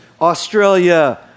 Australia